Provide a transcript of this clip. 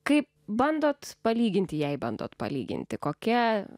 kai bandote palyginti jei bandote palyginti kokia